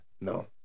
no